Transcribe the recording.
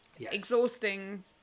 exhausting